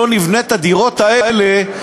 לא נבנה את הדירות האלה,